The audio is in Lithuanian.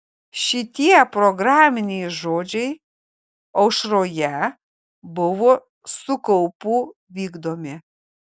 šitie programiniai žodžiai aušroje buvo su kaupu vykdomi